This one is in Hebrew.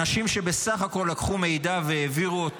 אנשים שבסך הכול לקחו מידע והעבירו אותו